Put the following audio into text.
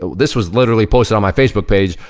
this was literally posted on my facebook page,